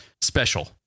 special